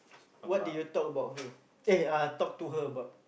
what did you talk about her eh uh talk to her about